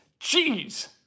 Jeez